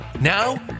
Now